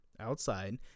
Outside